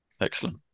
Excellent